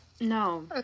no